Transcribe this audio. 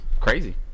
Crazy